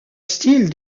style